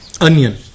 onion